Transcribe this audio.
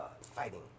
fighting